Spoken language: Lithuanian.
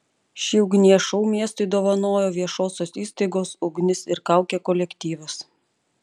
šį ugnies šou miestui dovanojo viešosios įstaigos ugnis ir kaukė kolektyvas